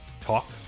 talk